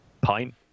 pint